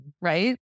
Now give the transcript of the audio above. right